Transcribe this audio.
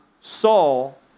Saul